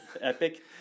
Epic